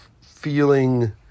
feeling